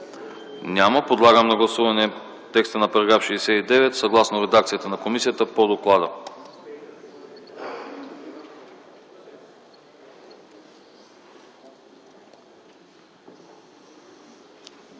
няма. Подлагам на гласуване текста на § 69, съгласно редакцията на комисията по доклада.